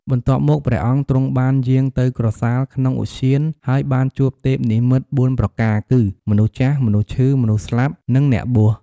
បន្ទាប់មកព្រះអង្គទ្រង់បានយាងទៅក្រសាលក្នុងឧទ្យាន ហើយបានជួបទេពនិមិត្ត ៤ ប្រការគឺ មនុស្សចាស់ មនុស្សឈឺ មនុស្សស្លាប់ និងអ្នកបួស ។